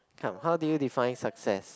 come how do you define success